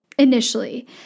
initially